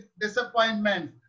disappointment